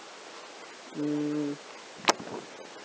mm